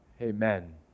amen